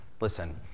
listen